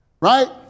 Right